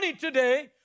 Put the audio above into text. today